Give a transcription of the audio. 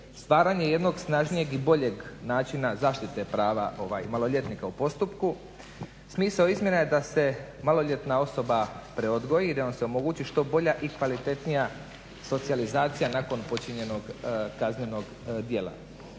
stvaranje jednog snažnijeg i boljeg načina zaštite prava maloljetnika u postupku. Smisao izmjena je da se maloljetna osoba preodgoji i da vam se omogući što bolja i kvalitetnija socijalizacija nakon počinjenog kaznenog dijela.